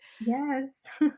Yes